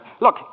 Look